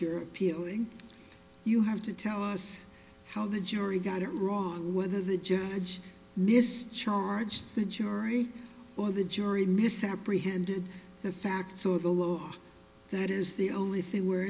you're peeling you have to tell us how the jury got it wrong whether the judge missed charged that yuri or the jury misapprehended the facts or the law that is the only thing we're